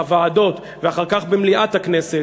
בוועדות ואחר כך במליאת הכנסת,